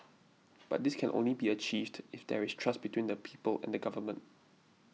but this can only be achieved if there is trust between the people and the government